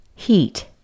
Heat